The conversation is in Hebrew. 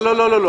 לא, לא, לא.